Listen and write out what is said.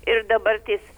ir dabartis